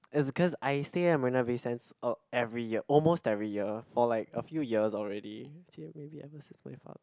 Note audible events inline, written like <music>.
it's cause I stay at Marina-Bay-Sands <noise> every year almost every year for like a few years already actually maybe ever since my father